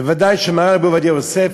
וודאי שמרן הרב עובדיה יוסף,